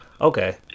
Okay